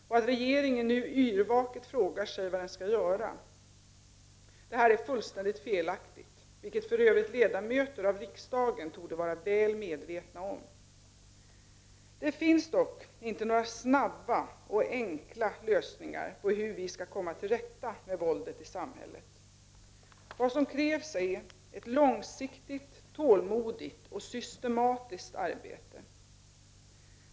Och att regeringen nu yrvaket frågar sig vad den skall göra. Detta är fullständigt felaktigt, vilket för övrigt ledamöter av riksdagen torde vara väl medvetna om. Det finns dock inte några snabba och enkla lösningar på hur vi skall komma till rätta med våldet i samhället. Vad som krävs är ett långsiktigt, tålmodigt och systematiskt arbete.